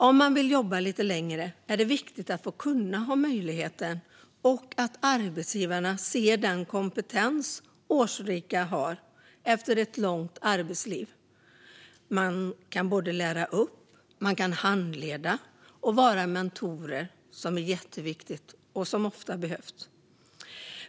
Om man vill jobba lite längre är det viktigt att ha den möjligheten och att arbetsgivarna ser den kompetens som årsrika har efter ett långt arbetsliv. Man kan lära upp, man kan handleda och vara mentor, något som är jätteviktigt och som ofta behövs.